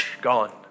gone